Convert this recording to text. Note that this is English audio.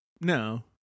No